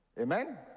Amen